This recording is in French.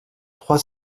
trois